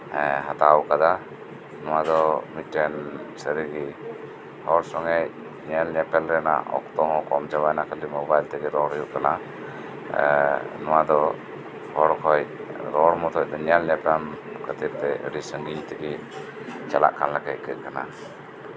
ᱦᱮᱸ ᱦᱟᱛᱟᱣ ᱠᱟᱫᱟ ᱱᱚᱣᱟ ᱫᱚ ᱢᱤᱫᱴᱮᱱ ᱥᱟᱹᱨᱤᱜᱮ ᱦᱚᱲ ᱥᱚᱝᱜᱮᱜ ᱧᱮᱞ ᱧᱮᱯᱮᱞ ᱨᱮᱱᱟᱜ ᱠᱷᱟᱹᱞᱤ ᱢᱳᱵᱟᱭᱤᱞ ᱛᱮᱜᱮ ᱨᱚᱲ ᱦᱩᱭᱩᱜ ᱠᱟᱱᱟ ᱱᱚᱣᱟ ᱫᱚ ᱨᱚᱲ ᱦᱚᱸ ᱦᱚᱲ ᱢᱚᱛᱚᱭ ᱧᱮᱞ ᱞᱮᱠᱷᱟᱱ ᱟᱹᱰᱤ ᱥᱟᱹᱜᱤᱧ ᱛᱮᱜᱮ ᱪᱟᱞᱟᱜ ᱠᱟᱱᱟ ᱟᱹᱭᱠᱟᱹᱜ ᱠᱟᱱᱟ